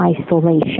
isolation